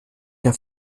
der